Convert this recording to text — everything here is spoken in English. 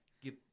Give